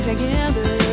together